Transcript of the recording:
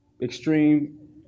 extreme